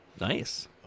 Nice